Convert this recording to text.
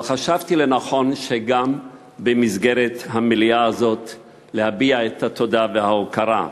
אבל חשבתי לנכון גם במסגרת המליאה הזאת להביע את התודה וההוקרה,